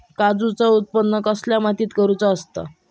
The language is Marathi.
काजूचा उत्त्पन कसल्या मातीत करुचा असता?